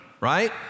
Right